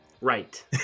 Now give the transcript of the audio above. Right